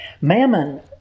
Mammon